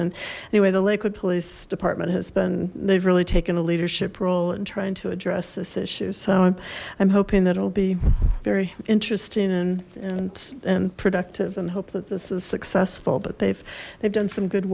anyway the lakewood police department has been they've really taken a leadership role in trying to address this issue so i'm hoping that'll be very interesting and and and productive and hope that this is successful but they've they've done some good